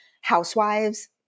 housewives